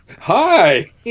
hi